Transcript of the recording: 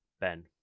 Ben